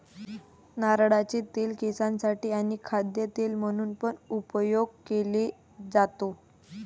नारळाचे तेल केसांसाठी आणी खाद्य तेल म्हणून पण उपयोग केले जातो